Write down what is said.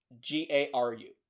G-A-R-U